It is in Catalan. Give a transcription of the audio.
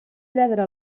lladra